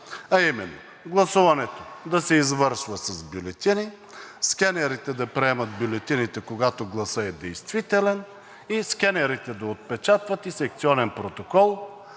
гласуването да се извършва с бюлетини, скенерите да приемат бюлетините, когато гласът е действителен, скенерите да отпечатват и секционен протокол,